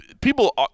People